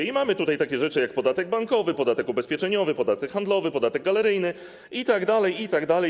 I mamy takie rzeczy jak podatek bankowy, podatek ubezpieczeniowy, podatek handlowy, podatek galeryjny itd., itd.